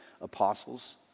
apostles